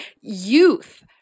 youth